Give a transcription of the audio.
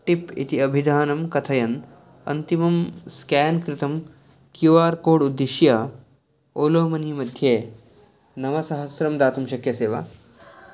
tip इति अभिधानं कथयन् अन्तिमं स्केन् कृतं क्यू आर् कोड् उद्दिश्य ओलो मनी मध्ये नवसहस्रं दातुं शक्यसे वा